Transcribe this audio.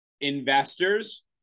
Investors